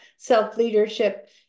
Self-leadership